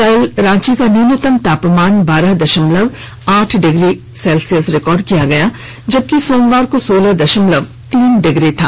कल रांची का न्यूनतम तापमान बारह दशमलव आठ डिग्री रिकॉर्ड किया गया जबकि सोमवार को सोलह दशमलव तीन डिग्री था